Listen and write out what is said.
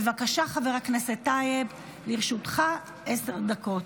בבקשה, חבר הכנסת טייב, לרשותך עשר דקות.